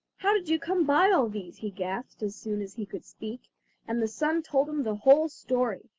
how did you come by all these he gasped, as soon as he could speak and the son told him the whole story,